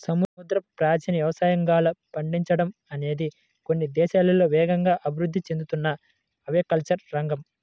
సముద్రపు పాచిని యవసాయంలాగా పండించడం అనేది కొన్ని దేశాల్లో వేగంగా అభివృద్ధి చెందుతున్న ఆక్వాకల్చర్ రంగం